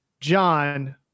John